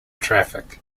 traffic